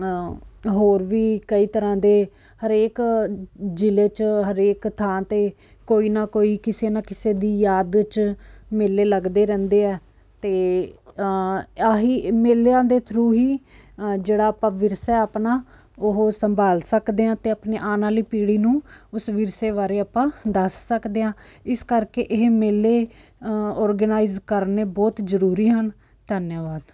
ਹੋਰ ਵੀ ਕਈ ਤਰ੍ਹਾਂ ਦੇ ਹਰੇਕ ਜ਼ਿਲ੍ਹੇ 'ਚ ਹਰੇਕ ਥਾਂ 'ਤੇ ਕੋਈ ਨਾ ਕੋਈ ਕਿਸੇ ਨਾ ਕਿਸੇ ਦੀ ਯਾਦ 'ਚ ਮੇਲੇ ਲੱਗਦੇ ਰਹਿੰਦੇ ਆ ਅਤੇ ਆਹੀ ਮੇਲਿਆਂ ਦੇ ਥਰੂ ਹੀ ਜਿਹੜਾ ਆਪਾਂ ਵਿਰਸਾ ਆਪਣਾ ਉਹ ਸੰਭਾਲ ਸਕਦੇ ਹਾ ਅਤੇ ਆਪਣੀ ਆਉਣ ਵਾਲੀ ਪੀੜ੍ਹੀ ਨੂੰ ਉਸ ਵਿਰਸੇ ਬਾਰੇ ਆਪਾਂ ਦੱਸ ਸਕਦੇ ਹਾਂ ਇਸ ਕਰਕੇ ਇਹ ਮੇਲੇ ਔਰਗੇਨਾਈਜ ਕਰਨੇ ਬਹੁਤ ਜ਼ਰੂਰੀ ਹਨ ਧੰਨਵਾਦ